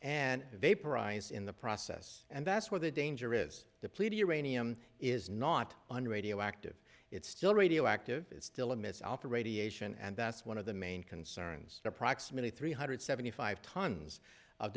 vaporize in the process and that's where the danger is depleted uranium is not an radioactive it's still radioactive it's still a miss alpha radiation and that's one of the main concerns approximately three hundred seventy five tons of